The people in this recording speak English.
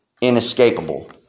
inescapable